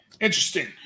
Interesting